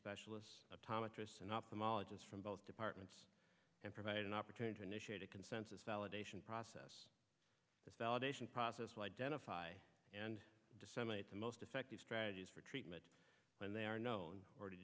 specialists tama trysts and ophthalmologist from both departments and provide an opportunity to initiate a consensus validation process validation process will identify and disseminate the most effective strategies for treatment when they are known or